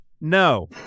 No